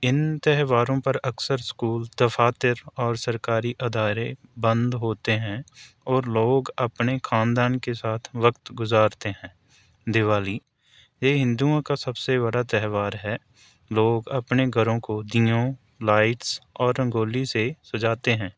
ان تہواروں پر اکثر اسکول دفاتر اور سرکاری ادارے بند ہوتے ہیں اور لوگ اپنے خاندان کے ساتھ وقت گزارتے ہیں دیوالی یہ ہندوؤں کا سب سے بڑا تہوار ہے لوگ اپنے گھروں کو دیوں لائٹس اور رنگولی سے سجاتے ہیں